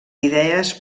idees